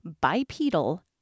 bipedal